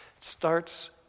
starts